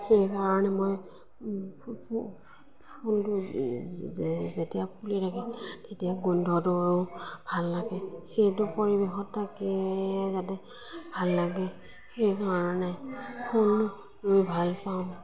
সেইকাৰণে মই ফুলটো যেতিয়া ফুলি থাকে তেতিয়া গোন্ধটো ভাল লাগে সেইটো পৰিৱেশত থাকি যাতে ভাল লাগে সেই ধৰণে ফুল ৰুই ভাল পাওঁ